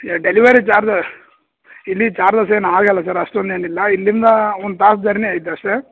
delivery charge ಇಲ್ಲಿ charges ಏನು ಆಗೋಲ್ಲ ಸರ್ ಅಷ್ಟೊಂದು ಏನಿಲ್ಲ ಇಲ್ಲಿಂದ ಒಂದು ತಾಸು ಜರ್ನಿ ಐತೆ ಅಷ್ಟೇ